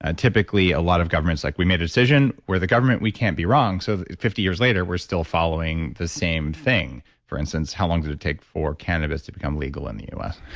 ah typically, a lot of governments, like, we made a decision. we're the government. we can't be wrong. so fifty years later, we're still following the same thing. for instance, how long did it take for cannabis to become legal in the u s?